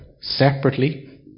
separately